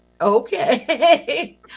Okay